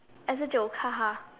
as a joke